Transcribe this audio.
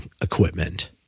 equipment